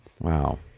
Wow